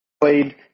Played